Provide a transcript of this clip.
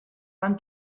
lan